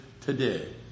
today